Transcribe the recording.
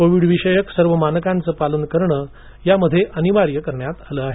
Covid विषयक सर्व मानकांचे पालन करणे अनिवार्य करण्यात आले आहे